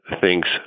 thinks